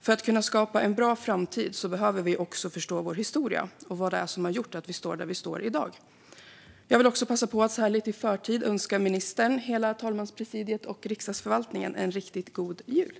För att skapa en bra framtid behöver vi också förstå vår historia och vad det är som har gjort att vi står där vi står i dag.